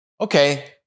okay